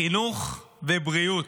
חינוך ובריאות.